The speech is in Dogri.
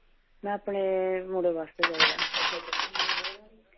मैं अपने मुड़े वास्तै चाहिदा ऐ